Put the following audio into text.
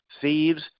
thieves